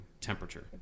temperature